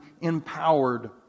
empowered